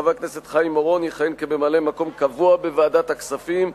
חבר הכנסת חיים אורון יכהן כממלא-מקום קבוע בוועדת הכספים,